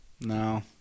No